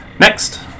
Next